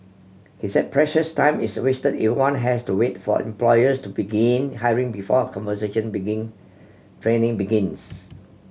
he said precious time is wasted if one has to wait for employers to begin hiring before conversion begin training begins